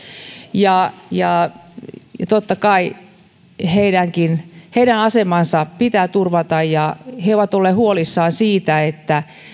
ja ja totta kai heidän asemansa pitää turvata he ovat olleet huolissaan siitä että